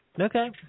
Okay